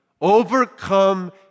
Overcome